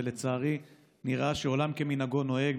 ולצערי נראה שעולם כמנהגו נוהג.